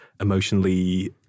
emotionally